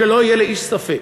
שלא יהיה לאיש ספק.